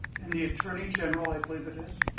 and the attorney general, i believe it is,